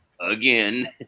again